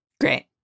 great